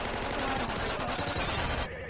although i'm a great lover of data,